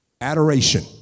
adoration